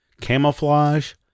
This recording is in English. Camouflage